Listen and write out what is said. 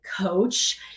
coach